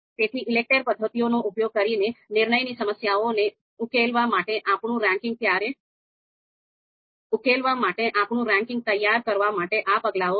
તેથી ELECTRE પદ્ધતિઓનો ઉપયોગ કરીને નિર્ણયની સમસ્યાઓને ઉકેલવા માટે આપણું રેન્કિંગ તૈયાર કરવા માટે આ પગલાંઓ છે